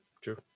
true